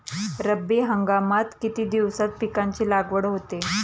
रब्बी हंगामात किती दिवसांत पिकांची लागवड होते?